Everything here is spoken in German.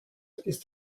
ist